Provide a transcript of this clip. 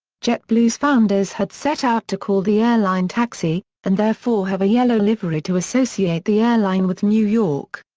jetblue's founders had set out to call the airline taxi and therefore have a yellow livery to associate the airline with new york.